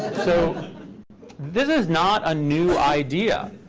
so this is not a new idea.